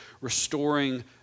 restoring